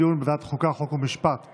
פשוט שמעתי פה מישהו שצופה במשחק כדורגל,